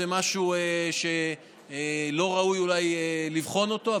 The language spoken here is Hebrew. אני לא אומר שזה משהו שלא ראוי לבחון אותו,